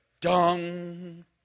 dung